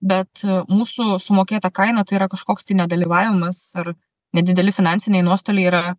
bet mūsų sumokėta kaina tai yra kažkoks tai nedalyvavimas ar nedideli finansiniai nuostoliai yra